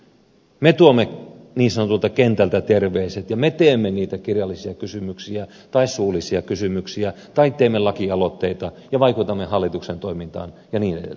me tuomme niin sanotulta kentältä terveiset ja me teemme niitä kirjallisia kysymyksiä tai suullisia kysymyksiä tai teemme lakialoitteita ja vaikutamme hallituksen toimintaan ja niin edelleen